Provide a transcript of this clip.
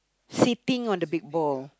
sitting on the big ball